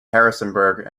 harrisonburg